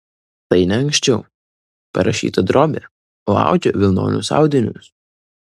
tai ne anksčiau parašyta drobė o audžia vilnonius audinius